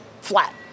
flat